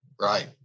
right